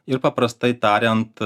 ir paprastai tariant